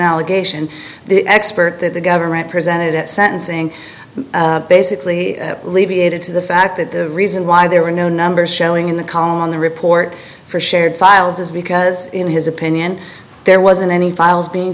allegation the expert that the government presented at sentencing basically levy added to the fact that the reason why there were no numbers showing in the column on the report for shared files is because in his opinion there wasn't any files being